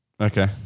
Okay